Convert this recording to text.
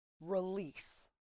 release